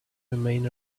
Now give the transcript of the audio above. remain